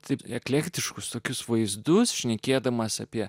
taip eklektiškus tokius vaizdus šnekėdamas apie